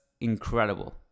incredible